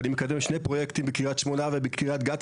ואני מקדם שני פרויקטים בקרית שמונה ובקרית גת,